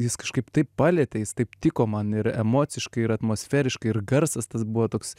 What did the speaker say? jis kažkaip taip palietė jis taip tiko man ir emociškai ir atmosferiškai ir garsas tas buvo toks